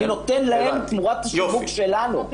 אני נותן להם תמורת השיווק שלנו.